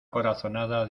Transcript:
corazonada